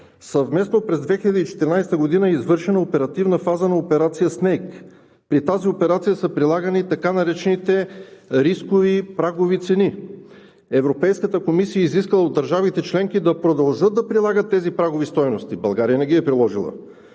„Съвместно през 2014 г. е извършена оперативна фаза на операция SNAKE. При тази операция са прилагани така наречените рискови прагови цени. Европейската комисия е изискала от държавите членки да продължат да прилагат тези прагови стойности.“ България не ги е приложила.